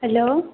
hello